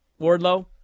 Wardlow